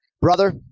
Brother